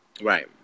Right